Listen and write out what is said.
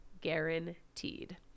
guaranteed